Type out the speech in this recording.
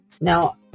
now